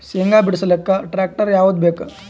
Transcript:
ಶೇಂಗಾ ಬಿಡಸಲಕ್ಕ ಟ್ಟ್ರ್ಯಾಕ್ಟರ್ ಯಾವದ ಬೇಕು?